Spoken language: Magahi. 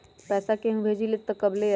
पैसा केहु भेजी त कब ले आई?